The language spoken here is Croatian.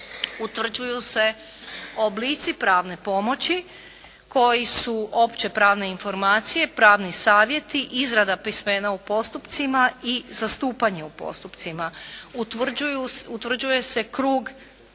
Utvrđuju se oblici pravne pomoći koji su opće pravne informacije, pravni savjeti, izrada pismena u postupcima i zastupanje u postupcima. Utvrđuje se krug